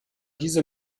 diese